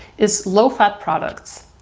is low fat products.